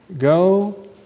Go